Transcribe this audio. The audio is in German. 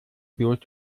bloß